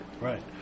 Right